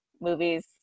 movies